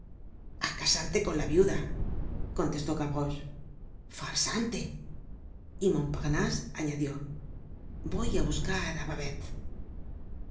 a casarte con la viuda contestó gavrocbe farsante y montparnase añadió voy á buscar á babet